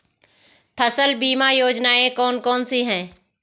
फसल बीमा योजनाएँ कौन कौनसी हैं?